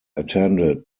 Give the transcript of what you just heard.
attended